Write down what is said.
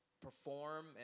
perform